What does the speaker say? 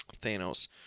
Thanos